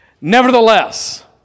nevertheless